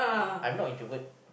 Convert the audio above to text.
I am not introvert